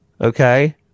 Okay